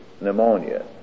pneumonia